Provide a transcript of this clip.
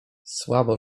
słabo